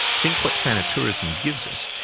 think what thanatourism gives us,